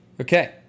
Okay